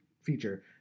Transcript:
feature